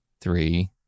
three